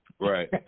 Right